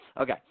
Okay